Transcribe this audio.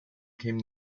came